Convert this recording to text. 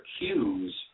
cues